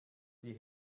die